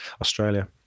australia